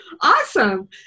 Awesome